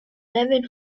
eleven